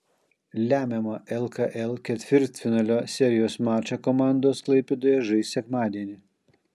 lemiamą lkl ketvirtfinalio serijos mačą komandos klaipėdoje žais sekmadienį